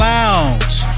Lounge